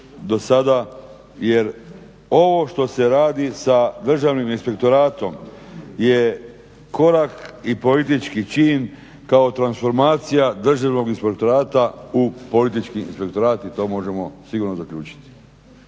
do sada jer ovo što se radi sa državnim inspektoratom je korak i politički čin kao transformacija državnog inspektorata u politički inspektorat i to možemo sigurno zaključiti.